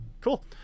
Cool